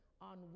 on